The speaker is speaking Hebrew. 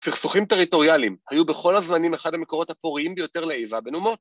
‫סכסוכים טריטוריאליים היו בכל הזמנים ‫אחד המקורות הפוריים ביותר לאיבה, ‫בין אומות...